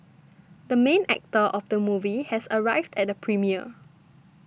the main actor of the movie has arrived at the premiere